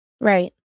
right